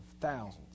thousands